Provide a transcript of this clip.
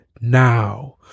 now